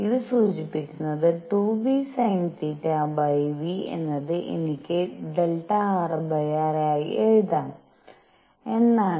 ഇത് സൂചിപ്പിക്കുന്നത് 2 vsinθc v എന്നത് എന്നിക്കു ∆rr ആയി എഴുതാം എന്നാണ്